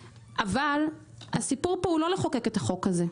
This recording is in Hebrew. .אבל הסיפור הוא לא לחוקק את החוק הזה.